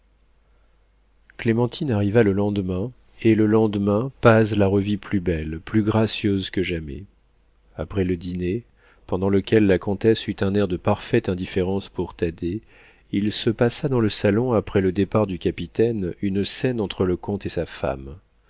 clémentine arriva le lendemain et le lendemain paz la revit plus belle plus gracieuse que jamais après le dîner pendant lequel la comtesse eut un air de parfaite indifférence pour thaddée il se passa dans le salon après le départ du capitaine une scène entre le comte et sa femme